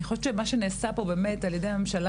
אני חושבת שמה שנעשה פה באמת על ידי הממשלה